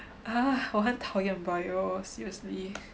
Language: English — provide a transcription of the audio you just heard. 我很讨厌 bio seriously